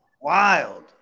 Wild